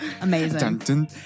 amazing